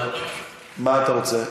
מה אתה רוצה?